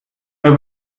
mir